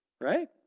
right